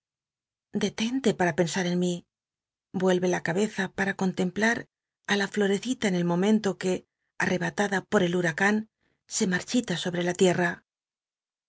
detente paa pensar en mi nclrc la cabeza para contempla á la floreci ta en el momento que lli'j'o hatada por el hlll'aean se marchita sobre la tiea